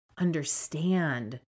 understand